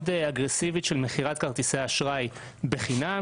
אגרסיבית של מכירת כרטיסי אשראי בחינם,